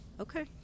Okay